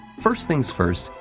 first things first,